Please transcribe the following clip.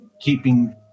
keeping